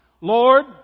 Lord